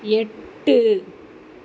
எட்டு